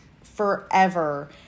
forever